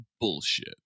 bullshit